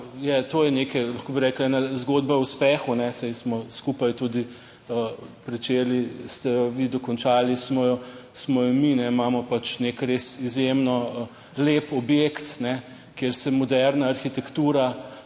to je nekaj, lahko bi rekli, ena zgodba o uspehu, saj smo skupaj tudi pričeli ste jo vi, dokončali smo jo, smo jo mi. Imamo pač nek res izjemno lep objekt, kjer se moderna arhitektura